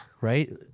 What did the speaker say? Right